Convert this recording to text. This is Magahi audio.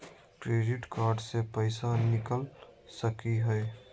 क्रेडिट कार्ड से पैसा निकल सकी हय?